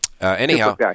Anyhow